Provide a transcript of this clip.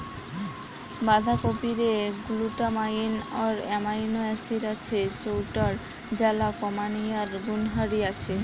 বাঁধাকপিরে glutamine আর amino acid আছে যৌটার জ্বালা কমানিয়ার গুণহারি আছে